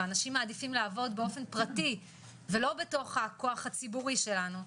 ואנשים מעדיפים לעבוד באופן פרטי ולא בתוך הכוח הציבורי שלנו,